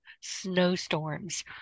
snowstorms